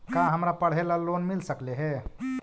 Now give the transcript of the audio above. का हमरा पढ़े ल लोन मिल सकले हे?